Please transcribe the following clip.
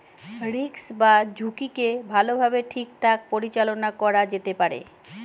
risk বা ঝুঁকিকে ভালোভাবে ঠিকঠাক পরিচালনা করা যেতে পারে